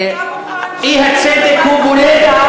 אתה מוכן שבשעה מסוימת,